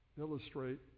illustrate